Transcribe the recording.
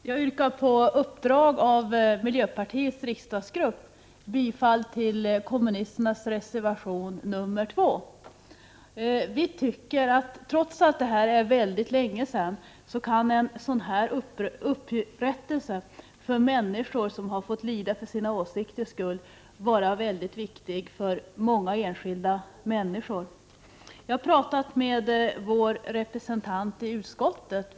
Herr talman! På uppdrag av miljöpartiets riksdagsgrupp yrkar jag bifall till vpk:s reservation nr 2. Trots att det här rör saker som hände för mycket länge sedan, tycker vi att en sådan upprättelse är mycket viktig för många enskilda människor som har fått lida för sina åsikters skull. Jag har pratat med vår representant i utskottet, Hans Leghammar.